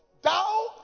Thou